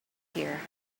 here